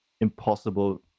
impossible